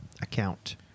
account